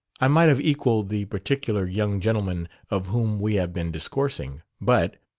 i might have equalled the particular young gentleman of whom we have been discoursing. but.